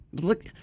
Look